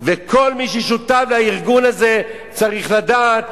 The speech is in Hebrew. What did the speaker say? וכל מי ששותף לארגון הזה צריך לדעת,